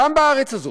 גם בארץ הזאת,